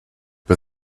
but